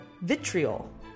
vitriol